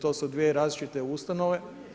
To su dvije različite ustanove.